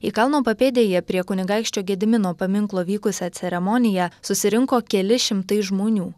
į kalno papėdėje prie kunigaikščio gedimino paminklo vykusią ceremoniją susirinko keli šimtai žmonių